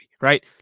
right